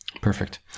perfect